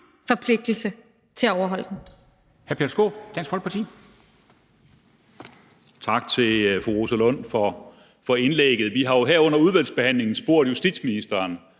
forpligtelse til at overholde den.